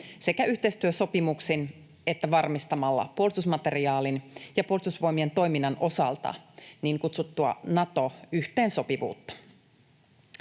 sekä yhteistyösopimuksin että varmistamalla puolustusmateriaalin ja puolustusvoimien toiminnan osalta niin kutsuttua Nato-yhteensopivuutta.